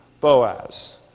Boaz